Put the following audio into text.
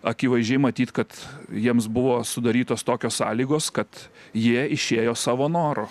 akivaizdžiai matyt kad jiems buvo sudarytos tokios sąlygos kad jie išėjo savo noru